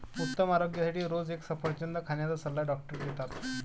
उत्तम आरोग्यासाठी रोज एक सफरचंद खाण्याचा सल्ला डॉक्टर देतात